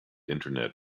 internet